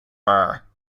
bar